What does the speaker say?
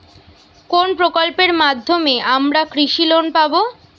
কোন প্রকল্পের মাধ্যমে আমরা কৃষি লোন পাবো?